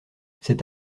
cet